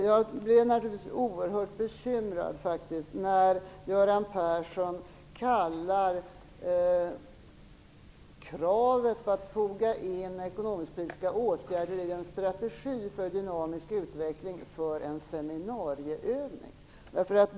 Jag blev naturligtvis oerhört bekymrad när Göran Persson betecknade kraven på infogandet av ekonomisk-politiska åtgärder i en strategi för dynamisk utveckling som krav på "seminarieövningar".